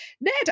Ned